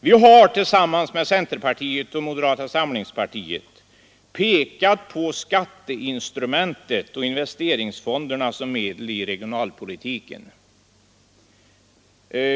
Vi har tillsammans med centerpartiet och moderata samlingspartiet pekat på skatteinstrumentet och investeringsfonderna som medel i regionalpolitiken.